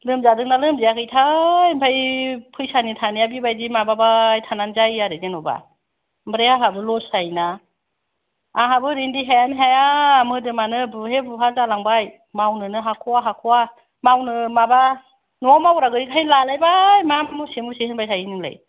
लोमजादोंना लोमजायाखैथाय ओमफाय फैसानि थानाया बेबायदि माबाबाय थानानै जायो आरो जेन'बा ओमफ्राय आंहाबो लस जायोना आंहाबो ओरै देहायानो हाया मोदोमानो बुहे बुहा जालांबाय मावनोनो हाख'आ हाख'आ मावनो माबा न'आव मावग्रा गैयैखायनो लालायबाय मा मुसे मुसे होनबाय थायो नोंलाय